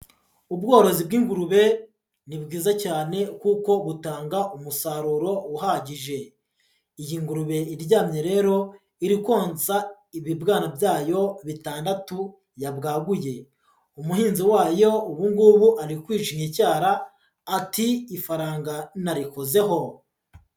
Ubworozi bw'ingurube ni bwiza cyane kuko butanga umusaruro uhagije, iyi ngurube iryamye rero iri konsa ibibwana byayo bitandatu yabwaguye, umuhinzi wayo ubungubu ari kwicinya icyara ati ifaranga narikozeho.